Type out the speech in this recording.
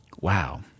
wow